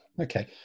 Okay